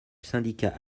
syndicat